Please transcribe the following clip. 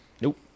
Nope